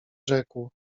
rzekł